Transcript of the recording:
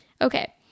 Okay